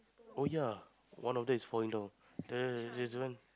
oh ya one of that is falling down ya ya ya that's the one